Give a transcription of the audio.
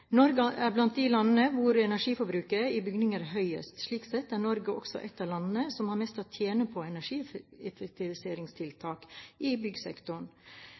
Norge er blant de landene hvor energiforbruket i bygninger er høyest. Slik sett er Norge også et av landene som har mest å tjene på energieffektiviseringstiltak i